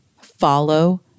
Follow